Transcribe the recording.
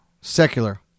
secular